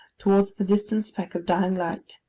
towards the distant speck of dying light,